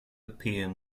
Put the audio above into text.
appear